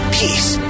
peace